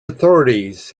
authorities